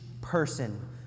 person